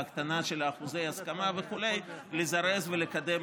בהקטנה של אחוזי ההסכמה וכו' לזרז ולקדם